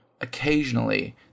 Occasionally